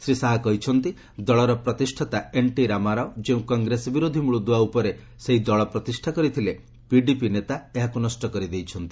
ଶ୍ରୀ ଶାହା କହିଛନ୍ତି ଦଳର ପ୍ରତିଷ୍ଠାତା ଏନ୍ଟି ରାମାରାଓ ଯେଉଁ କଂଗ୍ରେସ ବିରୋଧୀ ମୂଳଦୁଆ ଉପରେ ଏହି ଦଳ ପ୍ରତିଷ୍ଠା କରିଥିଲେ ପିଡିପି ନେତା ଏହାକୁ ନଷ୍ଟ କରିଦେଇଛନ୍ତି